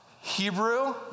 Hebrew